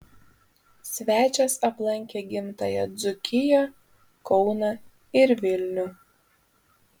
svečias aplankė gimtąją dzūkiją kauną ir vilnių